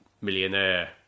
millionaire